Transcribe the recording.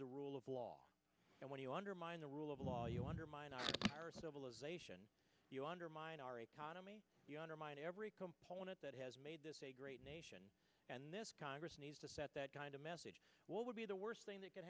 the rule of law and when you undermine the rule of law you undermine our civilization you undermine our economy undermine every component that has made this a great nation and this congress needs to set that kind of message what would be the worst thing that could